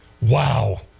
Wow